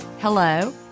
hello